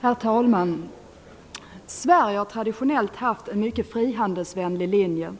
Herr talman! Sverige har traditionellt haft en mycket frihandelsvänlig linje.